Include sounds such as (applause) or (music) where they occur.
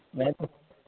(unintelligible)